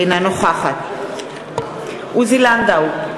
אינה נוכחת עוזי לנדאו,